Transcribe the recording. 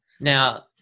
Now